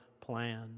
plan